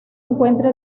encuentra